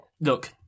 look